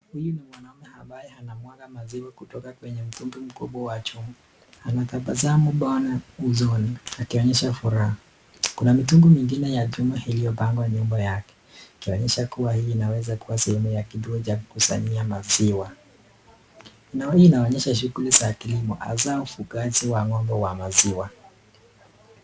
Huyu ni mwanaume ambaye anamwaga maziwa kutoka kwenye mtungi mkubwa wa chuma. Anatabasamu bwana usoni akionyesha furaha. Kuna mitungi mingine ya chuma iliyo pangwa nyuma yake, ikionyesha kua hii inaweza kua sehemu ya kituo cha kukusanyia maziwa. Eneo hii inaonyesha shughuli za kilimo hasa mfugaji wa ngombe wa maziwa.